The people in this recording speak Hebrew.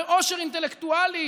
ועושר אינטלקטואלי